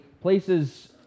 places